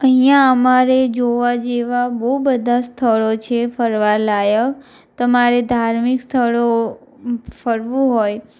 અહીંયા અમારે જોવા જેવા બહુ બધાં સ્થળો છે ફરવાલાયક તમારે ધાર્મિક સ્થળો ફરવું હોય